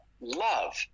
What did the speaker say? love